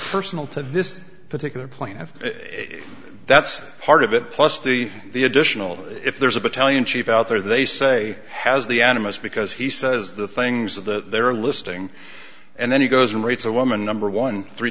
personal to this particular plane and that's part of it plus the the additional if there's a battalion chief out there they say has the animists because he says the things that they're listing and then he goes and rates a woman number one three